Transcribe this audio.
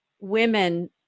women